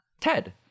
ted